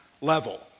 level